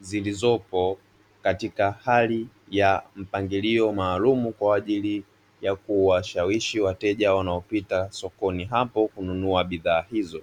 zilizopo katika hali ya mpangilio maalum kwa ajili ya kuwashawishi wateja wanaopita sokoni hapo kununua bidhaa hizo.